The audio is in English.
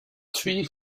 three